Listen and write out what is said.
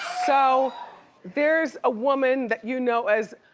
so there's a woman that you know as